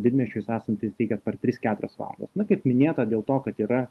didmiesčiuos esantys teikia per tris keturias valandas na kaip minėta dėl to kad yra